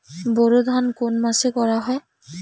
বোরো ধান কোন মাসে করা হয়?